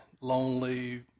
lonely